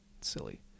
silly